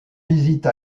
visite